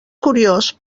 curiós